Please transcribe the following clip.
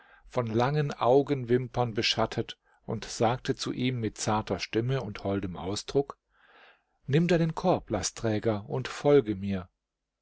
von langen augenwimpern beschattet und sagte zu ihm mit zarter stimme und holdem ausdruck nimm deinen korb lastträger und folge mir